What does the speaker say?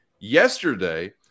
yesterday